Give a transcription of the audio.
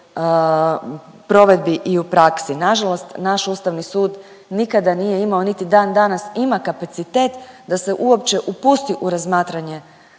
provedbi i u praksi. Nažalost, naš Ustavni sud nikada nije imao, niti dan danas ima kapacitet da se uopće upusti u razmatranje